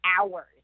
hours